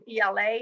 ELA